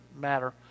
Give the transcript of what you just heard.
matter